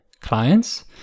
clients